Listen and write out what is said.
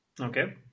Okay